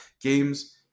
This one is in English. games